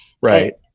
right